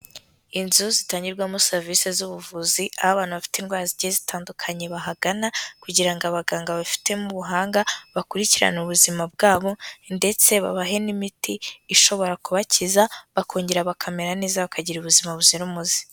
Inzu zitangirwamo serivise z'ubuvuzi, aho abana bafite indwara zigiye zitandukanye bahagana, kugira ngo abaganga babifitemo ubuhanga, bakurikirana ubuzima bwabo ndetse babahe n'imiti ishobora kubakiza, bakongera bakamera neza, bakagira ubuzima buzira umuze.